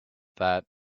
that